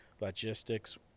logistics